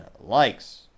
likes